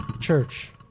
church